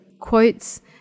quotes